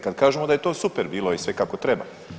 Kad kažemo da je to super bilo i sve kako treba.